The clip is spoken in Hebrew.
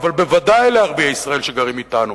אבל בוודאי לערביי ישראל שגרים אתנו,